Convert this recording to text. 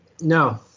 No